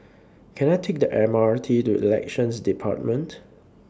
Can I Take The M R T to Elections department